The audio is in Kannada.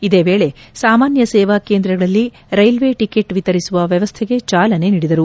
ಇದೇ ವೇಳೆ ಸಾಮಾನ್ಯ ಸೇವಾ ಕೇಂದ್ರಗಳಲ್ಲಿ ರೈಲ್ವೆ ಟಿಕೆಟ್ ವಿತರಿಸುವ ವ್ಯವಸ್ಥೆಗೆ ಚಾಲನೆ ನೀಡಿದರು